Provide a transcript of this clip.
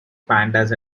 pandas